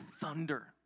thunder